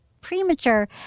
premature